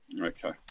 Okay